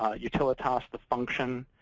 ah utilitas, the function.